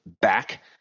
back